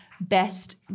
best